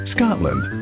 Scotland